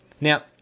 Now